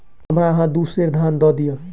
हमरा अहाँ दू सेर धान दअ दिअ